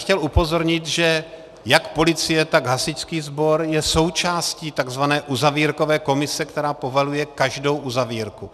Chtěl bych upozornit, že jak policie, tak hasičský sbor je součástí tzv. uzavírkové komise, která povoluje každou uzavírku.